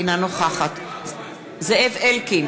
אינה נוכחת זאב אלקין,